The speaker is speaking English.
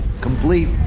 complete